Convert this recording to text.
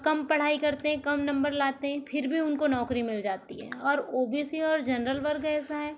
कम पढ़ाई करते हैं कम नंबर लाते हैं फिर भी उनको नौकरी मिल जाती है और ओ बी सी और जनरल वर्ग ऐसा है